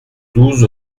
douze